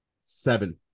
Seven